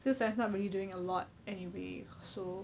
seems like it's not really doing a lot anyway so